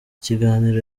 ikiganiro